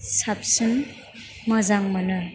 साबसिन मोजां मोनो